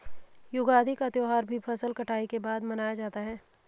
युगादि का त्यौहार भी फसल कटाई के बाद मनाया जाता है